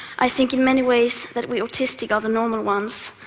i think in many ways that we autistic are the normal ones,